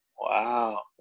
Wow